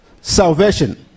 salvation